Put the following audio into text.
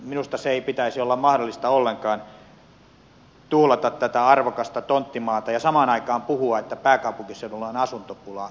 minusta ei pitäisi olla mahdollista ollenkaan tuhlata tätä arvokasta tonttimaata ja samaan aikaan puhua että pääkaupunkiseudulla on asuntopulaa